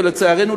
ולצערנו,